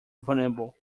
vulnerable